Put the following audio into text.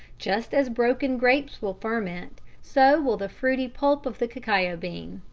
just as broken grapes will ferment, so will the fruity pulp of the cacao bean.